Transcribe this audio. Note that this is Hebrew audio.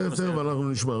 תיכף אנחנו נשמע.